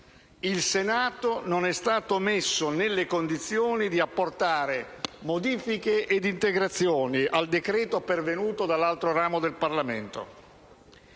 Il Senato non è stato messo nelle condizioni di apportare modifiche ed integrazioni al provvedimento pervenuto dall'altro ramo del Parlamento.